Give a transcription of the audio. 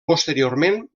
posteriorment